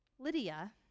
Lydia